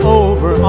over